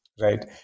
right